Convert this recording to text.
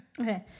Okay